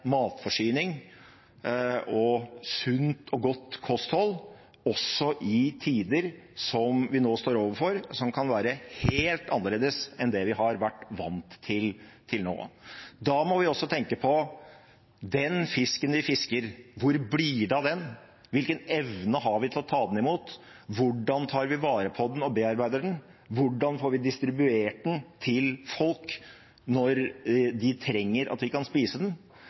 matforsyning og sunt og godt kosthold også i tider som vi nå står overfor, og som kan være helt annerledes enn det vi har vært vant til, til nå. Da må vi også tenke på den fisken vi fisker: Hvor blir det av den? Hvilken evne har vi til å ta den imot? Hvordan tar vi vare på den og bearbeider den? Hvordan får vi distribuert den til folk når de trenger at de kan spise den?